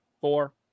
four